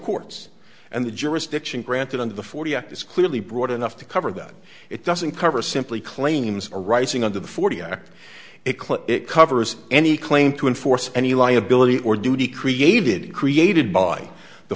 courts and the jurisdiction granted under the forty act is clearly broad enough to cover that it doesn't cover simply claims arising under the forty act eclipse it covers any claim to enforce any liability or duty created created by the